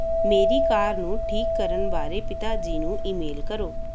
ਮੇਰੀ ਕਾਰ ਨੂੰ ਠੀਕ ਕਰਨ ਬਾਰੇ ਪਿਤਾ ਜੀ ਨੂੰ ਈਮੇਲ ਕਰੋ